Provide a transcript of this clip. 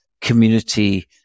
community